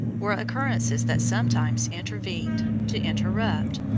were occurrences that sometimes intervened to interrupt,